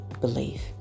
belief